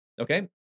okay